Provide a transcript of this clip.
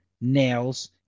nails